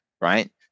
Right